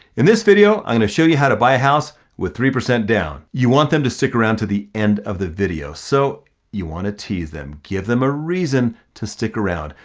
in this video, i'm gonna show you how to buy a house with three percent down. you want them to stick around to the end of the video. so you wanna tease them, give them a reason to stick around.